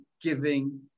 giving